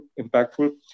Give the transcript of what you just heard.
impactful